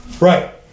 Right